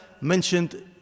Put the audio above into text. mentioned